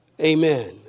Amen